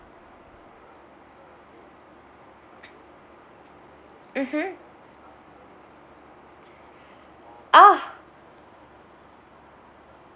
mmhmm oh